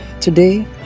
Today